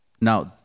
now